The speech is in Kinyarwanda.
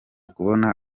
kubona